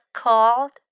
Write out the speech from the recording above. called